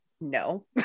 no